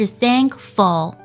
thankful